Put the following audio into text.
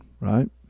right